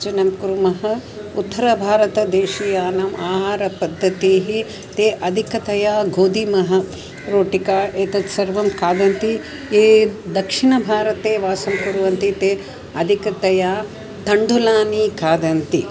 जनं कुर्मः उत्तरभारतदेशीयानाम् आहारपद्धतिः ते अधिकतया गोधूमरोटिकाः एतत् सर्वं खादन्ति ये दक्षिणभारते वासं कुर्वन्ति ते अधिकतया तण्डुलानि खादन्ति